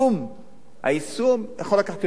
היישום יכול לקחת עוד שנה,